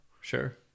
Sure